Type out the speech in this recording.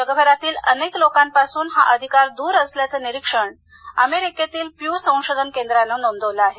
जगभरातील अनेक लोकांपासून हा अधिकार दूर असल्याचे निरीक्षण अमेरिकेतील प्यू संशोधन केंद्राने नोंदवले आहे